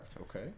Okay